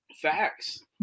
Facts